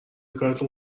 کارتون